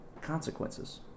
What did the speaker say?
consequences